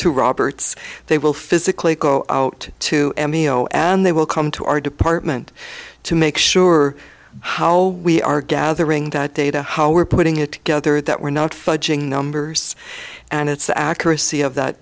to roberts they will physically go out to m b o and they will come to our department to make sure how we are gathering that data how we're putting it together that we're not fudging numbers and it's the accuracy of that